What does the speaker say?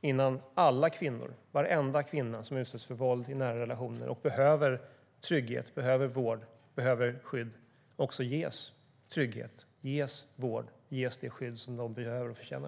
innan alla kvinnor, varenda kvinna som utsätts för våld i nära relationer och behöver trygghet, vård och skydd, också ges den trygghet, den vård och det skydd som de behöver och förtjänar?